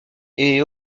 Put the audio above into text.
est